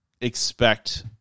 expect